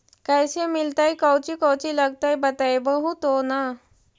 कैसे मिलतय कौची कौची लगतय बतैबहू तो न?